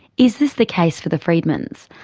is this the case for the freedmans,